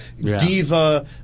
diva